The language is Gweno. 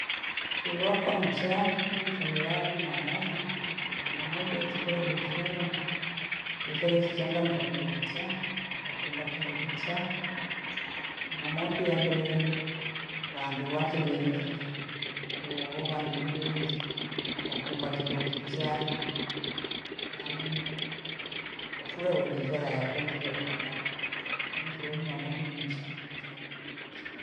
Mfiri wa kwa mchaa nimfiri wa Jumamosi, Jumamosi yachive biashara, biashara ikichangamka kindo kichaa kwa kumba kindo kichaa na mafiya agiree wandu wake wengi hao, pooho vandu ni wengi kwa kumba kindo kichaa, yaani kwafula hojazora yakumfiliye imamaki, nanimfiriye imamaki nincha mkela mfiriwe ochi.